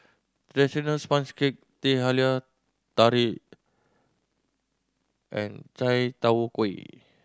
traditional sponge cake Teh Halia Tarik and chai tow kway